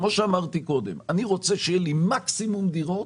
כמו שאמרתי קודם, אני רוצה שיהיה לי מקסימום דירות